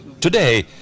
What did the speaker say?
Today